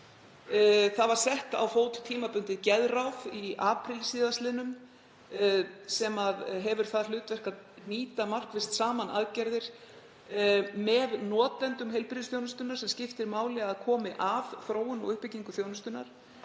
var sett á fót tímabundið í apríl síðastliðinn sem hefur það hlutverk að hnýta markvisst saman aðgerðir með notendum heilbrigðisþjónustunnar sem skiptir máli að komi að þróun og uppbyggingu þjónustunnar.